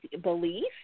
belief